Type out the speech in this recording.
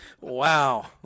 Wow